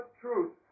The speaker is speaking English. truth